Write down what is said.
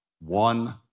One